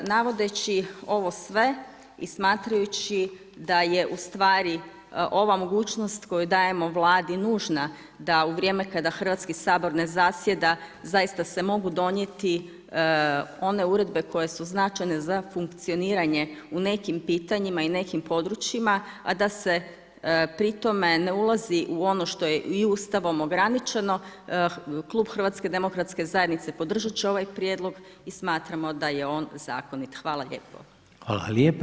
Navodeći ovo sve i smatrajući da je ustvari ova mogućnost koju dajemo Vladi nužna da u vrijeme kada Hrvatski sabor ne zasjeda zaista se mogu donijeti one uredbe koje su značajne za funkcioniranje u nekim pitanjima i nekim područjima a da se pri tome ne ulazi u ono što je i Ustavom ograničeno, Klub HDZ-a podržati će ovaj prijedlog i smatramo da je on zakonit.